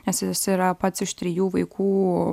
nes jis yra pats iš trijų vaikų